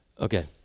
Okay